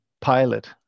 pilot